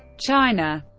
china